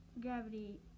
gravity